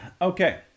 Okay